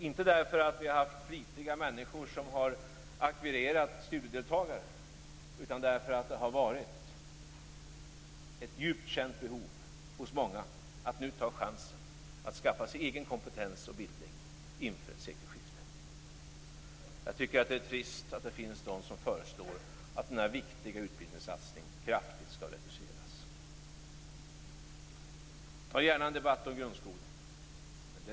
Inte därför att vi har haft flitiga människor som har aktiverat studiedeltagare, utan därför att det har funnits ett djupt känt behov hos många att nu ta chansen att skaffa sig egen kompetens och bildning inför sekelskiftet. Jag tycker att det är trist att det finns de som föreslår att denna viktiga utbildningssatsning kraftigt skall reduceras. Jag tar gärna en debatt om grundskolan.